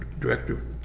director